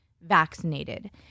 vaccinated